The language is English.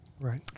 Right